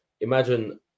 imagine